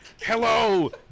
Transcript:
Hello